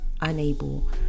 unable